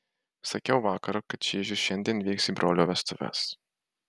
sakiau vakar kad čyžius šiandien vyks į brolio vestuves